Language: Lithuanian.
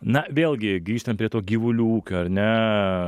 na vėlgi grįžtant prie to gyvulių ūkio ar ne